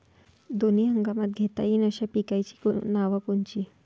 दोनी हंगामात घेता येईन अशा पिकाइची नावं कोनची?